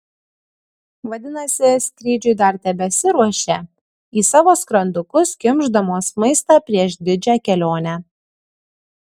vadinasi skrydžiui dar tebesiruošia į savo skrandukus kimšdamos maistą prieš didžią kelionę